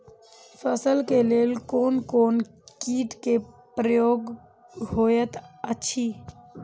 फसल के लेल कोन कोन किट के प्रकोप होयत अछि?